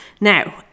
Now